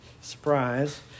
surprise